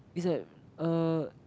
is like uh